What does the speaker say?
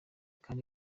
kandi